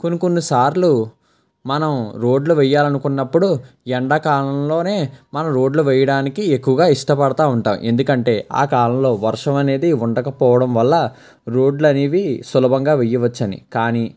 కొన్ని కొన్ని సార్లు మనం రోడ్లు వెయ్యాలనుకున్నప్పుడు ఎండాకాలంలోనే మనం రోడ్లు వేయడానికి ఎక్కువగా ఇష్టపడుతూ ఉంటాం ఎందుకంటే ఆ కాలంలో వర్షం అనేది ఉండకపోవడం వల్ల రోడ్లనేవి సులభంగా వెయ్యవచ్చని కానీ